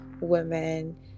women